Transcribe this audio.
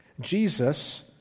Jesus